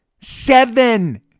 Seven